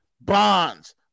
bonds